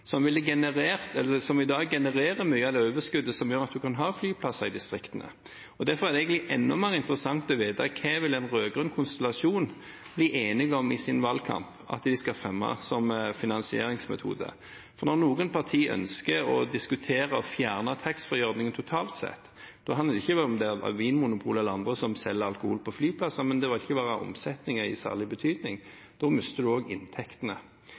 kan ha flyplasser i distriktene. Derfor er det egentlig enda mer interessant å vite hva en rød-grønn konstellasjon i valgkampen vil bli enige om at de skal fremme som finansieringsmetode. Når noen partier ønsker å diskutere å fjerne taxfreeordningen totalt sett, handler det ikke bare om hvorvidt det er Vinmonopolet eller andre som selger alkohol på flyplasser. Det vil ikke være omsetning i særlig betydning, og da mister en også inntektene.